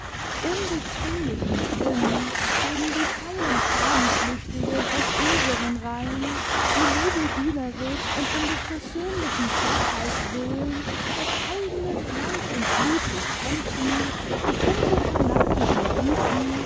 unbezwinglichen grimm gegen die feilen fahnenflüchtigen aus unseren reihen die liebedienerisch und um des persönlichen vorteils willen das eigene fleisch und blut bekämpfen und um so fanatischer wüten